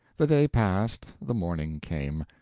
the day passed, the morning came.